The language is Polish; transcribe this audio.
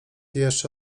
jeszcze